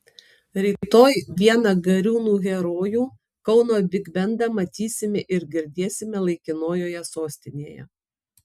rytoj vieną gariūnų herojų kauno bigbendą matysime ir girdėsime laikinojoje sostinėje